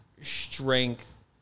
strength